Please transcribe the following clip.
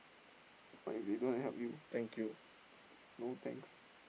but if you don't want to help you no thanks